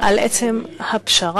על עצם הפשרה,